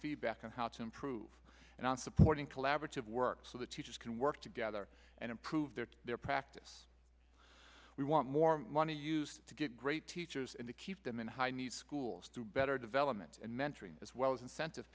feedback on how to improve and on supporting collaborative work so that teachers can work together and improve their their practice we want more money used to get great teachers and to keep them in high needs schools to better development and mentoring as well as incentive